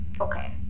okay